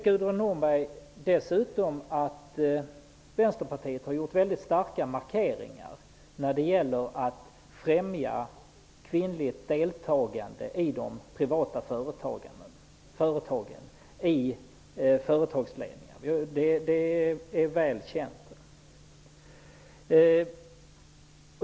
Gudrun Norberg vet dessutom att Vänsterpartiet har gjort väldigt starka markeringar när det gäller att främja kvinnligt deltagande i ledningarna för de privata företagen. Det är väl känt.